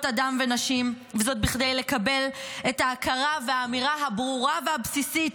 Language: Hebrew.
אדם ונשים כדי לקבל את ההכרה והאמירה הברורה והבסיסית